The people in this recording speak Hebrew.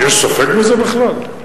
יש ספק בזה בכלל?